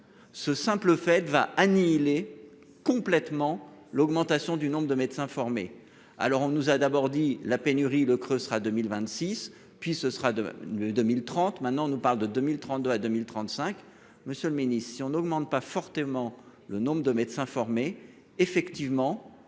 Ce simple fait va annihiler. Complètement l'augmentation du nombre de médecins formés. Alors on nous a d'abord dit la pénurie le creux sera 2026, puis ce sera de 2030. Maintenant nous parle de 2032 à 2035. Monsieur le Ministre, si on augmente pas fortement le nombre de médecins formés effectivement